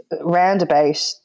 roundabout